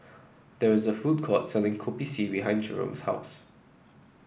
there is a food court selling Kopi C behind Jerome's house